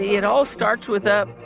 it all starts with a.